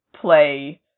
play